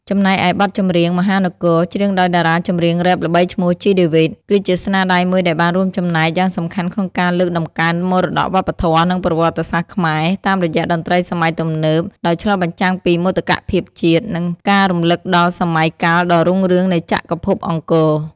ចំណែកឯ បទចម្រៀង "មហានគរ" ច្រៀងដោយតារាចម្រៀងរ៉េបល្បីឈ្មោះ ជី ដេវីត គឺជាស្នាដៃមួយដែលបានរួមចំណែកយ៉ាងសំខាន់ក្នុងការលើកតម្កើងមរតកវប្បធម៌ និងប្រវត្តិសាស្ត្រខ្មែរ តាមរយៈតន្ត្រីសម័យទំនើបដោយឆ្លុះបញ្ចាំងពីមោទកភាពជាតិ និងការរំឭកដល់សម័យកាលដ៏រុងរឿងនៃចក្រភពអង្គរ។